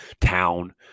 town